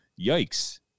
Yikes